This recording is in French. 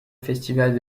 festival